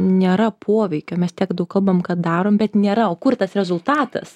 nėra poveikio mes tiek daug kalbam kad darom bet nėra o kur tas rezultatas